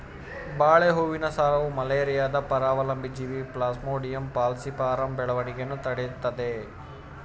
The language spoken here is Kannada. ಬಾಳೆ ಹೂವಿನ ಸಾರವು ಮಲೇರಿಯಾದ ಪರಾವಲಂಬಿ ಜೀವಿ ಪ್ಲಾಸ್ಮೋಡಿಯಂ ಫಾಲ್ಸಿಪಾರಮ್ ಬೆಳವಣಿಗೆಯನ್ನು ತಡಿತದೇ